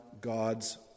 God's